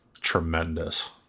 Tremendous